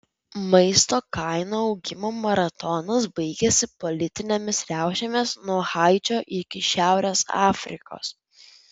maisto kainų augimo maratonas baigėsi politinėmis riaušėmis nuo haičio iki šiaurės afrikos